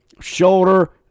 Shoulder